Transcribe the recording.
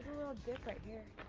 little dip right here.